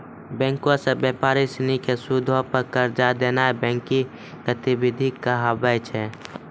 बैंको से व्यापारी सिनी के सूदो पे कर्जा देनाय बैंकिंग गतिविधि कहाबै छै